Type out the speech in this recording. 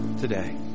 today